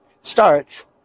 starts